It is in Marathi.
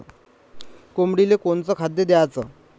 कोंबडीले कोनच खाद्य द्याच?